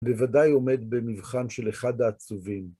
בוודאי עומד במבחן של אחד העצובים.